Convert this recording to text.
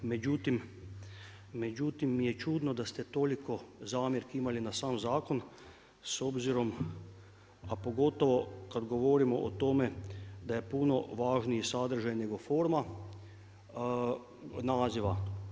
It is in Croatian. Međutim mi je čudno da ste toliko zamjerki imali na sam zakon s obzirom, a pogotovo kada govorimo o tome da je puno važniji sadržaj nego forma naziva.